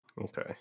Okay